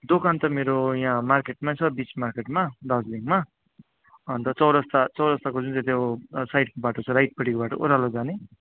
दोकान त मेरो यहाँ मार्केटमा छ बिच मार्केटमा दार्जिलिङमा अन्त चौरास्ता चौरास्ताको जुन चाहिँ त्यो साइडको बाटो छ राइटपट्टिको बाटो ओह्रालो जाने